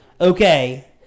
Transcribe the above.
okay